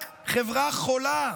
רק חברה חולה